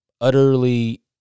utterly